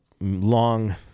long